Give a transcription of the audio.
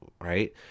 right